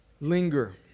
Linger